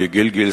בגילגיל,